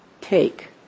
take